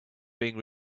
being